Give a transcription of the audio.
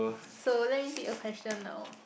so let me pick your question now